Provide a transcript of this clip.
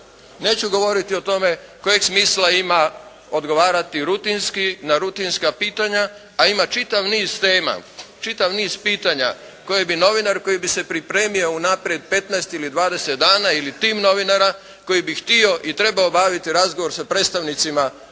Neću govoriti o tome kojeg smisla ima odgovarati rutinski na rutinska pitanja a ima čitav niz tema, čitav niz pitanja koje bi novinar koji bi se pripremio unaprijed 15 ili 20 dana ili tim novinara koji bi htio i trebao obaviti razgovor sa predstavnicima